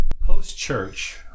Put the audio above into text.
Post-church